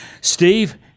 Steve